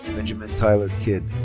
benjamin tylar kidd.